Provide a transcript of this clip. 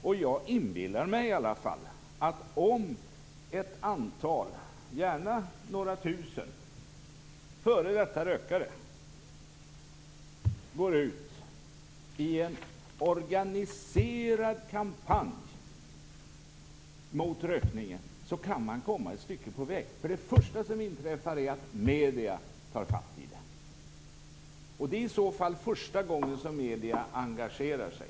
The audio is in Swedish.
Och jag inbillar mig i alla fall att om ett antal, gärna några tusen, f.d. rökare går ut i en organiserad kampanj mot rökningen, så kan man komma ett stycke på väg. För det första som inträffar är att medierna tar fatt i det. Det är i så fall första gången som medierna engagerar sig.